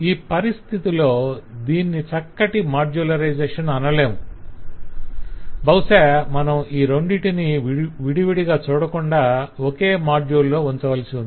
ఈ పరిస్థితిలో దీన్ని చక్కటి మాడ్యులరైజేషన్ అనలేము బహుశా మనం ఈ రెండింటిని విడి విడిగా చూడకుండా ఒకే మాడ్యుల్ లో ఉంచవలసి ఉంది